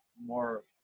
more